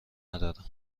ندارم